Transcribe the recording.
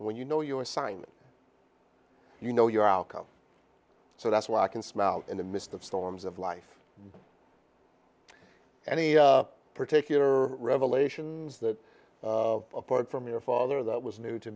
when you know your assignment you know your outcome so that's what i can smell in the midst of storms of life any particular revelation that apart from your father that was new to